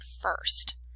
first